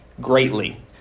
greatly